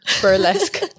burlesque